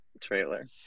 trailer